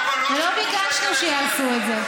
ולא ביקשנו שיעשו את זה.